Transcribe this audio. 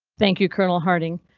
thank you, colonel harting.